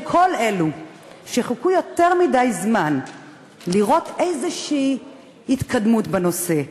כל אלו שחיכו יותר מדי זמן לראות איזו התקדמות בנושא.